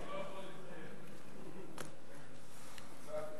זה מה שמונח לפני, זאת אומרת,